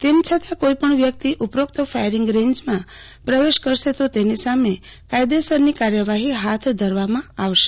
તેમ છતાં કોઇપણ વ્યકિત ઉપરોકત ફાથરીંગ રેંજમાં પ્રવેશશે તો તેની સામે કાયદેસરની કાર્યવાફી ફાથ ધરવામાં આવશે